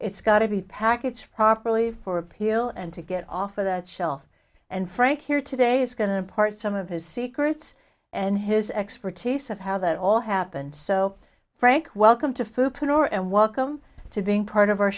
it's got to be packaged properly for appeal and to get off of that shelf and frank here today is going to impart some of his secrets and his expertise of how that all happened so frank welcome to fukin or and welcome to being part of our